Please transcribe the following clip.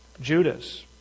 Judas